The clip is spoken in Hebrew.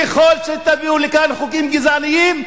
ככל שתביאו לכאן חוקים גזעניים,